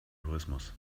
tourismus